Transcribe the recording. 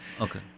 Okay